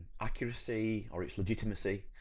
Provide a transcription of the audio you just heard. accuracy or its legitimacy.